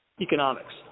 economics